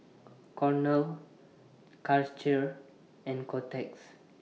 Cornell Karcher and Kotex